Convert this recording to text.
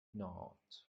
not